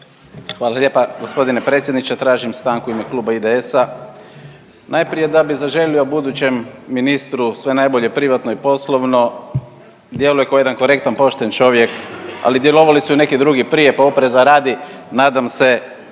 Hvala lijepa g. predsjedniče. Tražim stanku u ime kluba IDS-a najprije da bi zaželio budućem ministru sve najbolje privatno i poslovno, djeluje kao jedan korektan, pošten čovjek, ali djelovali su i neki drugi prije pa opreza radi nadam se